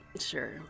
Sure